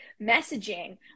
messaging